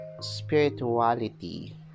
spirituality